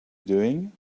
doing